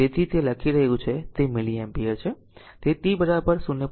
તેથી તેથી જ તે લખી રહ્યું છે તે મિલિ એમ્પીયર છે